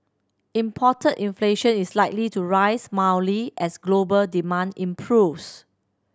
imported inflation is likely to rise mildly as global demand improves